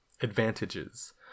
advantages